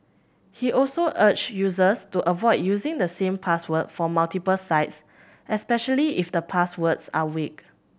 he also urged users to avoid using the same password for multiple sites especially if the passwords are weak